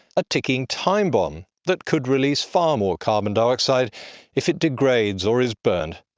a ticking time bomb that could release far more carbon dioxide if it degrades or is burnt.